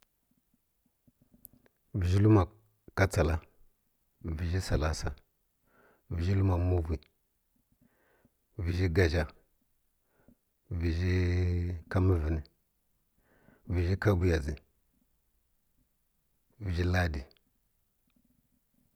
Vəzhi lluna katsala, vəzhi salasa, vəzhi luma muvi, vəzhi gazha, vəzhi ka mməvən, vəkhi ka bwatsə, vəzhi ladi.